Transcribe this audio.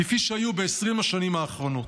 כפי שהיה ב-20 השנים האחרונות.